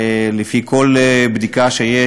לפי כל בדיקה שיש,